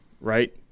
right